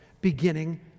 beginning